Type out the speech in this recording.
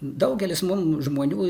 daugelis mum žmonių ir